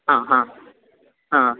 हा हा हा